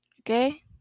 Okay